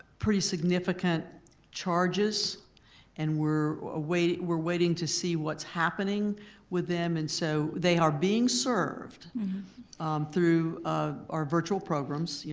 pretty significant charges and we're ah waiting we're waiting to see what's happening with them and so they are being served through ah our virtual programs, yeah